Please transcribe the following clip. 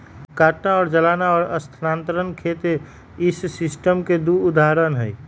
काटना और जलाना और स्थानांतरण खेत इस सिस्टम के दु उदाहरण हई